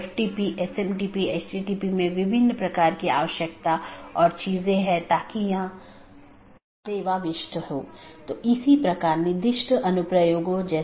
BGP किसी भी transport layer का उपयोग नहीं करता है ताकि यह निर्धारित किया जा सके कि सहकर्मी उपलब्ध नहीं हैं या नहीं